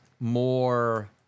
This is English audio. more